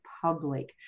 public